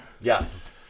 Yes